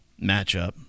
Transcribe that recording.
matchup